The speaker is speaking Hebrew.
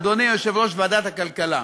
אדוני יושב-ראש ועדת הכלכלה,